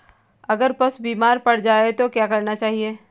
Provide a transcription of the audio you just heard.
अगर पशु बीमार पड़ जाय तो क्या करना चाहिए?